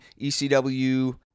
ECW